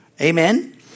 amen